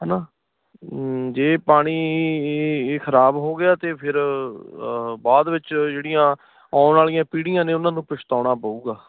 ਹੈ ਨਾ ਜੇ ਪਾਣੀ ਇਹ ਖ਼ਰਾਬ ਹੋ ਗਿਆ ਅਤੇ ਫਿਰ ਬਾਅਦ ਵਿੱਚ ਜਿਹੜੀਆਂ ਆਉਣ ਵਾਲੀਆਂ ਪੀੜ੍ਹੀਆਂ ਨੇ ਉਹਨਾਂ ਨੂੰ ਪਛਤਾਉਣਾ ਪਵੇਗਾ